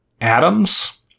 atoms